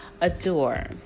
Adore